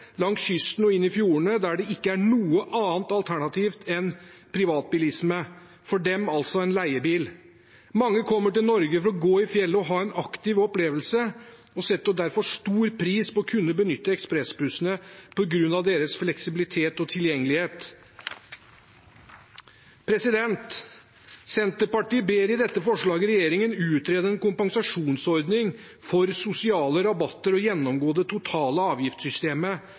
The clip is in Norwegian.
langs kysten og inn i fjordene, der det ikke er noe annet alternativ enn privatbilisme – for dem altså en leiebil. Mange kommer til Norge for å gå i fjellet og ha en aktiv opplevelse og setter derfor stor pris på å kunne benytte ekspressbussene på grunn av deres fleksibilitet og tilgjengelighet. Senterpartiet ber i dette forslaget regjeringen utrede en kompensasjonsordning for sosiale rabatter og gjennomgå det totale avgiftssystemet